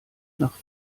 nach